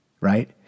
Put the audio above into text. Right